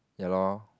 ya lor